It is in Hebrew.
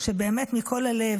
שבאמת מכל הלב,